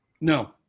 No